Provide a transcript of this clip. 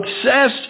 obsessed